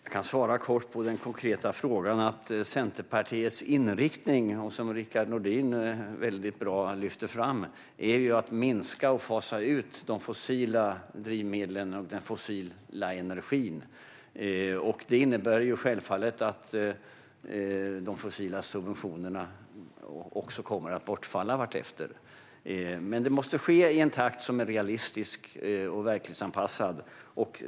Herr talman! Jag kan svara kort på den konkreta frågan. Centerpartiets inriktning, som Rickard Nordin väldigt bra lyfte fram, är att minska och fasa ut de fossila drivmedlen och den fossila energin. Det innebär självfallet att de fossila subventionerna kommer att bortfalla vartefter. Men det måste ske i en takt som är realistisk och verklighetsanpassad.